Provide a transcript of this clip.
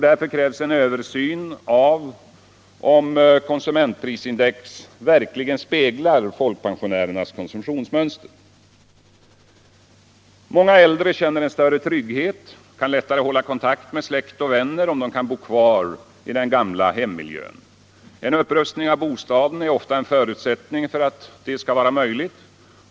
Därför krävs en översyn av om konsumentprisindex verkligen speglar folkpensionärernas konsumtionsmönster. Många äldre känner en större trygghet och kan lättare hålla kontakt med släkt och vänner om de kan bo kvar i den gamla hemmiljön. En upprustning av bostaden är ofta en förutsättning för att detta skall vara möjligt.